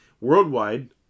Worldwide